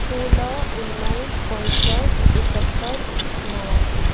सोह्र उन्नाइस पैँसट्ठ एकहत्तर नवासी